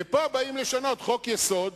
ופה באים לשנות חוק-יסוד,